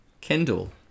Kendall